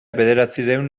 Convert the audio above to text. bederatziehun